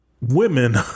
women